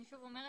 אני שוב אומרת,